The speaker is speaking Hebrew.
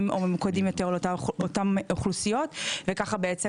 או ממוקדים יותר לאותן אוכלוסיות וככה בעצם,